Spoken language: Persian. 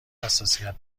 حساسیت